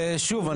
אבל שוב,